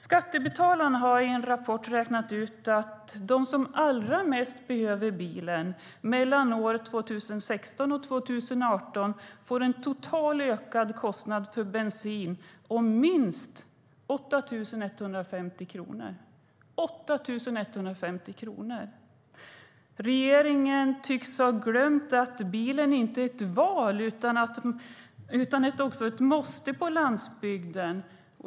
Skattebetalarna har i en rapport räknat ut att de som allra mest behöver bilen mellan 2016 och 2018 får en total ökad kostnad för bensin med minst 8 150 kronor. Regeringen tycks ha glömt att bilen inte är ett val utan att den är ett måste på landsbygden.